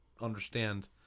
understand